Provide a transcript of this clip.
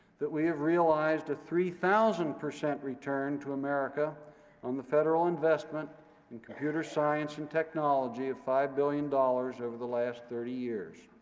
that we have realized a three thousand return to america on the federal investment in computer science and technology of five billion dollars over the last thirty years.